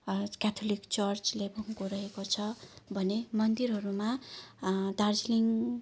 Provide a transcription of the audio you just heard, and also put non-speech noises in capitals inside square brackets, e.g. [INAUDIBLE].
Catholic church [UNINTELLIGIBLE] रहेको छ भने मन्दिरहरूमा दार्जिलिङ